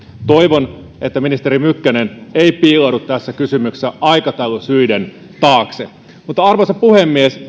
toivon että ministeri mykkänen ei piiloudu tässä kysymyksessä aikataulusyiden taakse mutta arvoisa puhemies